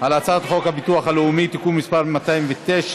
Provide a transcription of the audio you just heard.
על הצעת חוק הביטוח הלאומי (תיקון מס' 209)